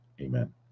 Amen